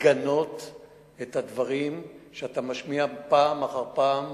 לגנות את הדברים שאתה משמיע פעם אחר פעם